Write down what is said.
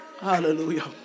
Hallelujah